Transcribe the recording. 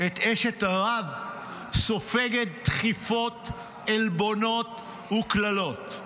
את אשת הרב סופגת דחיפות, עלבונות וקללות.